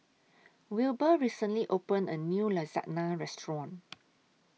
Wilbur recently opened A New Lasagna Restaurant